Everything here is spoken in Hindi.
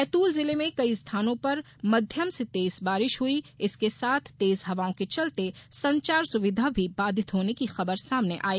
बैतूल जिले में कई स्थानों पर मध्यम से तेज बारिश हुई इसके साथ तेज हवाओं के चलते संचार सुविधा भी बाधित होने की खबर सामने आयी